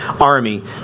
army